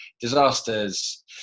disasters